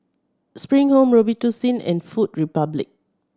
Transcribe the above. Spring Home Robitussin and Food Republic